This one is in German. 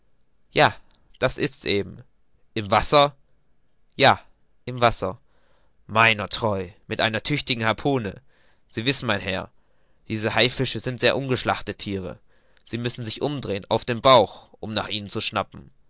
ja das ist's eben im wasser ja im wasser meiner treu mit einer tüchtigen harpune sie wissen mein herr diese haifische sind sehr ungeschlachte thiere sie müssen sich umdrehen auf den bauch um nach ihnen zu schnappen